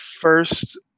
first